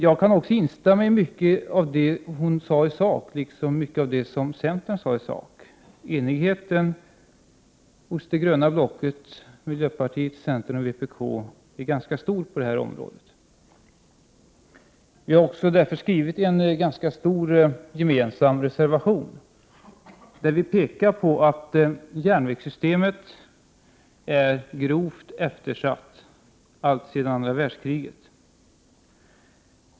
Jag kan också instämma i mycket av det hon sade i sak, liksom i mycket av det som centerns Elving Andersson sade i sak. Enigheten hos det gröna blocket — miljöpartiet, centern och vpk — är stor på det här området. Vi har därför skrivit en ganska stor gemensam reservation, där vi pekar på att järnvägssystemet är grovt eftersatt alltsedan andra världskriget.